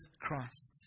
Christ